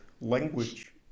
language